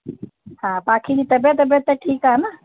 हा पाखी जी तबियतु वबियत त ठीकु आहे न